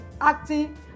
acting